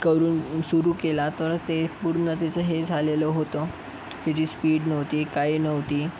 करून सुरु केला तर ते पूर्ण त्याचं हे झालेलं होतं त्याची स्पीड नव्हती काही नव्हती